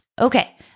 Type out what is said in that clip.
Okay